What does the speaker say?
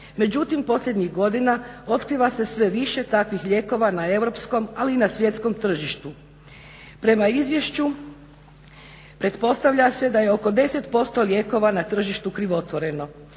Međutim, posljednjih godina otkriva se sve više takvih lijekova na europskom ali i na svjetskom tržištu. Prema izvješću pretpostavlja se da je oko 10% lijekova na tržištu krivotvoreno.